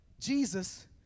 Jesus